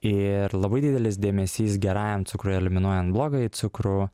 ir labai didelis dėmesys gerajam cukrui eliminuojant blogąjį cukrų